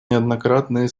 неоднократные